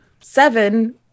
seven